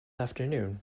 afternoon